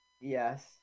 Yes